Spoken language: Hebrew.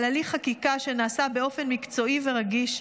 על הליך חקיקה שנעשה באופן מקצועי ורגיש,